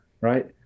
right